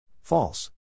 False